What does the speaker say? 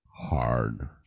Hard